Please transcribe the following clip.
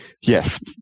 Yes